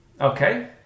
Okay